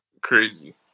crazy